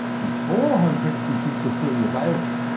before home pregnancy kits were freely available,